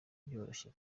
byoroshye